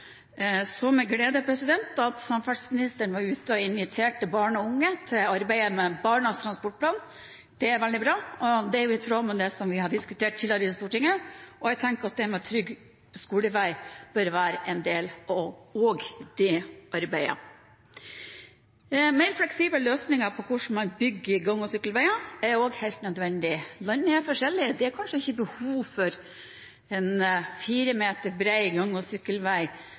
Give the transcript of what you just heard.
så med glede at samferdselsministeren inviterte barn og unge med i arbeidet med Barnas transportplan. Det er veldig bra, og det er i tråd med det som vi har diskutert tidligere i Stortinget. Jeg tenker at det med trygg skolevei bør være en del av det arbeidet. Mer fleksible løsninger for hvordan man bygger gang- og sykkelveier, er også helt nødvendig. Landet er forskjellig. Det er kanskje ikke behov for en 4 meter bred gang- og sykkelvei